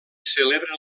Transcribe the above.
celebra